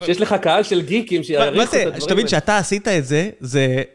שיש לך קהל של גיקים שיעריך את הדברים האלה. תמיד כשאתה עשית את זה, זה...